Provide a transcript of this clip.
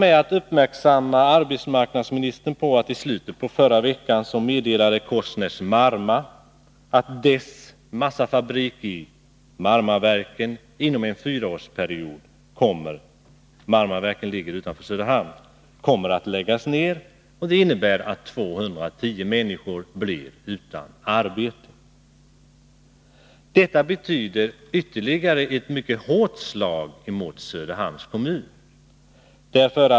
Men jag vill ändå göra arbetsmarknadsministern uppmärksam på att Korsnäs-Marma AB i slutet av förra veckan meddelade att företagets massafabrik i Marmaverken — utanför Söderhamn — inom en fyraårsperiod kommer att läggas ned. Det innebär att 210 människor blir utan arbete. Det betyder ytterligare ett mycket hårt slag mot Söderhamns kommun.